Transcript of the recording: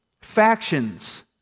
factions